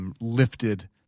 Lifted